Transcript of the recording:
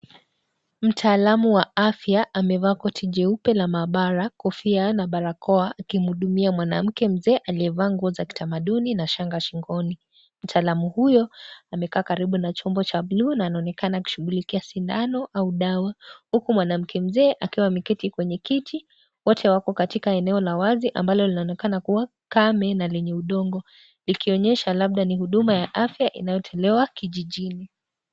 Mtaalamu wa afya amevaa koti jeupe la maabara kofia na barakoa akimhudumia mwanamke mzee aliyevaa nguo za kitamaduni na shanga shingoni mtaalamu huyo amekaa karibu na chombo cha blue na anaonekana kushughulikia sindano au dawa huku mwanamke mzee akiwa ameketi kwenye kiti wote wako katika eneo la wazi ambalo linaonekana kuwa kame na lenye udongo ikionyesha labda ni huduma ya afya inayotolewa kijijini.